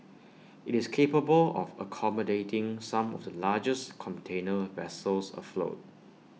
IT is capable of accommodating some of the largest container vessels afloat